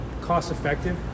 cost-effective